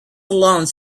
alone